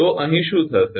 તો અહીં શું થશે